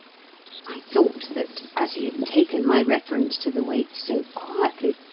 i thought that, as he had taken my reference to the wait so quietly,